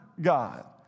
God